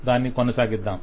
దాన్ని కొనసాగిద్దాం